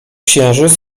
księżyc